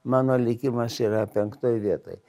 mano likimas yra penktoj vietoj